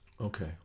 Okay